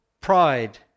Pride